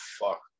fuck